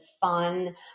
fun